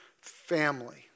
family